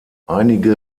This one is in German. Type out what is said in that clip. einige